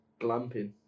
glamping